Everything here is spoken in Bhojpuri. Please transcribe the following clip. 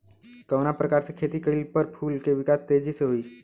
कवना प्रकार से खेती कइला पर फूल के विकास तेजी से होयी?